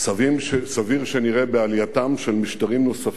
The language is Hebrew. סביר שנראה בעלייתם של משטרים נוספים